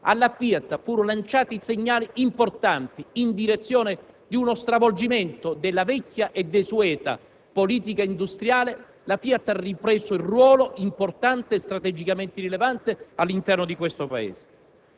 alla FIAT furono lanciati segnali importanti in direzione di uno stravolgimento della vecchia e desueta politica industriale, la Fiat ha ripreso il ruolo importante e strategicamente rilevante all'interno di questo Paese.